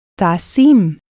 tasim